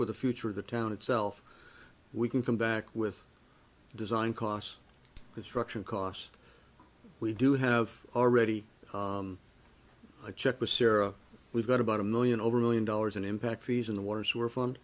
for the future of the town itself we can come back with the design costs that structural costs we do have already i checked with sarah we've got about a million over a million dollars in impact fees in the waters were fun